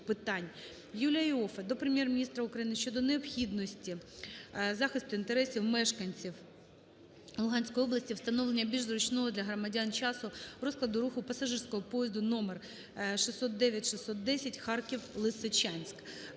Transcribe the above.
Юлія Іоффе до Прем'єр-міністра України щодо необхідності захисту інтересів мешканців Луганської області, встановлення більш зручного для громадян часу розкладу руху пасажирського поїзду № 609/610 Харків-Лисичанськ.